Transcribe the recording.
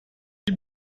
gib